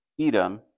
Edom